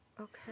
Okay